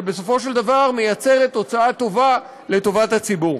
שבסופו של דבר מייצרת תוצאה טובה לטובת הציבור.